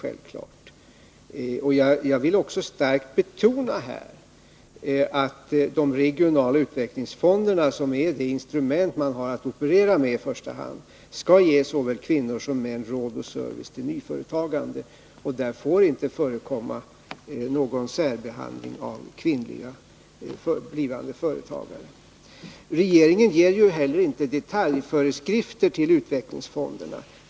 Jag vill också starkt betona att de regionala utvecklingsfonderna, som är det instrument man i första hand har att operera med, skall ge såväl kvinnor som män råd och service i samband med nyföretagande. Där får det inte förekomma någon särbehandling av kvinnliga blivande företagare. Regeringen ger ju inte heller detaljföreskrifter till utvecklingsfonderna.